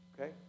okay